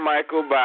Michael